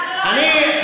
אנחנו לא מפחדים משום דבר.